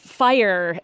fire